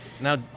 Now